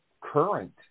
current